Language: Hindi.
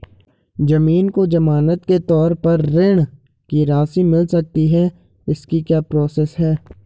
ज़मीन को ज़मानत के तौर पर ऋण की राशि मिल सकती है इसकी क्या प्रोसेस है?